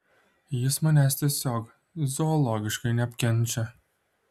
jis manęs tiesiog zoologiškai neapkenčia